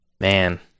man